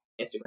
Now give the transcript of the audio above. Instagram